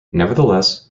nevertheless